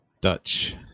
Dutch